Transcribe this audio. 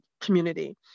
community